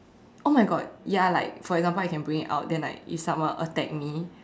oh my God ya like for example I can bring it out if someone attack me